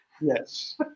Yes